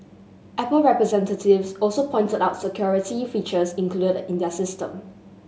apple representatives also pointed out security features included in their system